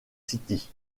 city